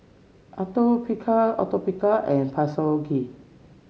Atopiclair Atopiclair and Physiogel